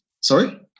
Sorry